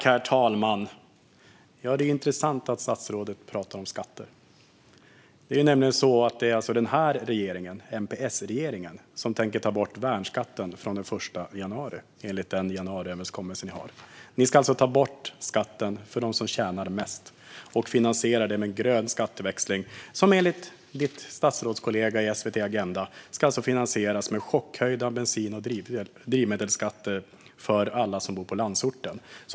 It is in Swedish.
Herr talman! Det är intressant att statsrådet pratar om skatter. Det är nämligen denna regering, MP-S-regeringen, som tänker ta bort värnskatten från den 1 januari, enligt den januariöverenskommelse ni har. Ni ska alltså ta bort skatten för dem som tjänar mest och finansiera det med en grön skatteväxling, som enligt din statsrådskollega i SVT:s Agenda ska finansieras med chockhöjda bensin och drivmedelsskatter för alla som bor på landsorten.